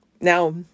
Now